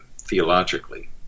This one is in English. theologically